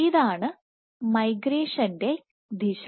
ഇതാണ് മൈഗ്രേഷൻൻറെ ദിശ